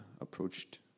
approached